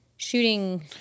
Shooting